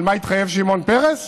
על מה התחייב שמעון פרס